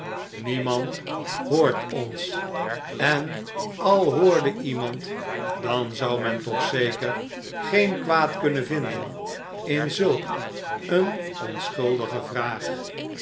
niemand hoort ons en al hoorde ons iemand dan zou men toch zeker geen kwaad kunnen vinden in zulk eene onschuldige vraag